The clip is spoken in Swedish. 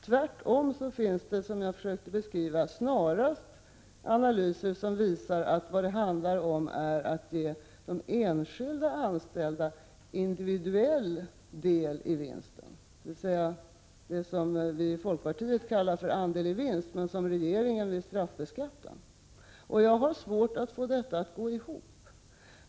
Tvärtom finns det, som jag har försökt beskriva, snarare analyser som visar att vad det handlar om är att ge de enskilda anställda individuell del i vinst, dvs. det som vi i folkpartiet kallar andel-i-vinstsystemet men som regerignen vill straffbeskatta. Jag har svårt att få detta att gå ihop.